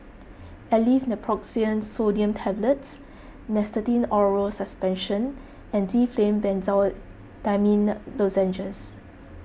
Aleve Naproxen Sodium Tablets Nystatin Oral Suspension and Difflam Benzydamine Lozenges